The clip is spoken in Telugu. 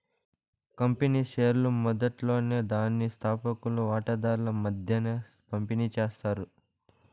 కంపెనీ షేర్లు మొదట్లోనే దాని స్తాపకులు వాటాదార్ల మద్దేన పంపిణీ చేస్తారు